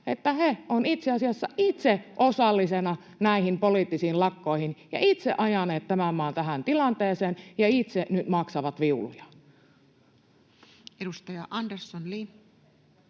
että he ovat itse asiassa itse osallisena näihin poliittisiin lakkoihin ja itse ajaneet tämän maan tähän tilanteeseen ja itse nyt maksavat viulujaan. Edustaja Andersson, Li.